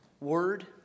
word